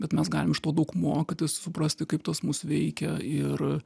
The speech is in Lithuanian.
bet mes galim iš to daug mokytis suprasti kaip tas mus veikia ir